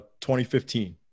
2015